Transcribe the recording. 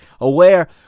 aware